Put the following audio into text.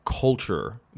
culture